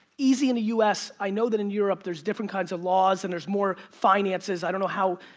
easy in the u s, i know that in europe, there's different kinds of laws and there's more finances, i don't know how,